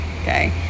okay